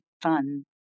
fun